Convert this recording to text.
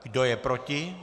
Kdo je proti?